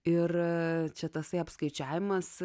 ir čia tasai apskaičiavimas